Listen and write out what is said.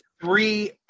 three